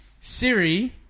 Siri